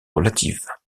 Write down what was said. relatives